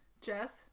Jess